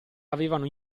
avevano